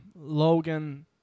Logan